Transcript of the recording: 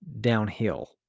downhill